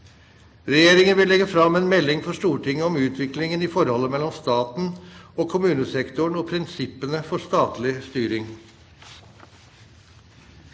Regjeringen vil legge fram en melding for Stortinget om utviklingen i forholdet mellom staten og kommunesektoren og prinsippene for statlig styring.